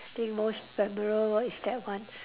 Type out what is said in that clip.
think most memorable one is that one